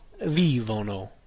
vivono